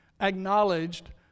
acknowledged